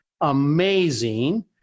amazing